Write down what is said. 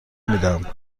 میدمهر